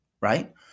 right